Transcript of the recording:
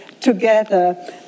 together